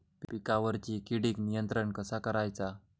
पिकावरची किडीक नियंत्रण कसा करायचा?